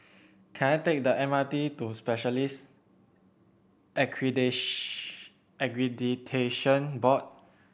can I take the M R T to Specialists Accreditation Board